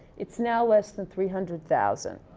it's now less than three hundred thousand.